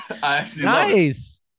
Nice